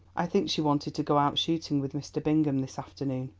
i think she wanted to go out shooting with mr. bingham this afternoon.